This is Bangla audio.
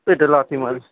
পেটে লাথি মারে